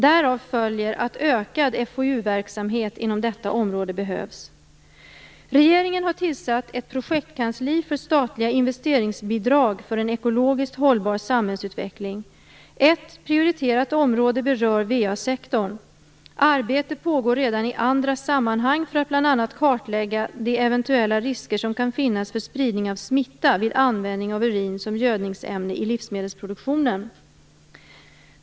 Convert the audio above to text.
Därav följer att ökad FoU verksamhet inom detta område behövs. Regeringen har tillsatt ett projektkansli för statliga investeringsbidrag för en ekologiskt hållbar samhällsutveckling. Ett prioriterat område berör VA sektorn. Arbete pågår redan i andra sammanhang för att bl.a. kartlägga de eventuella risker som kan finnas för spridning av smitta vid användning av urin som gödningsämne i livsmedelsproduktionen.